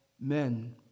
men